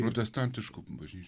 protestantiškų bažnyčių